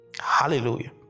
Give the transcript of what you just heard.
hallelujah